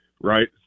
right